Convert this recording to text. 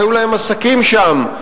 שהיו להם עסקים שם,